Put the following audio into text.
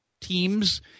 teams